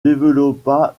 développa